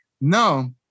No